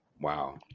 Wow